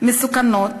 מסוכנות